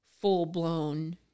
full-blown